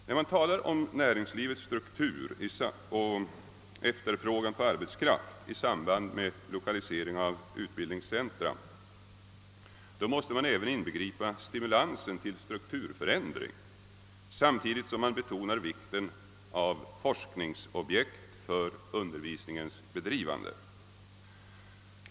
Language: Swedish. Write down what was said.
När man talar om näringslivets struktur och efterfrågan på arbetskraft i samband med lokalisering av utbildningscentra måste man även inbegripa stimulansen till strukturförändring samtidigt som man betonar vikten av forskningsobjekt för undervisningens bedrivande.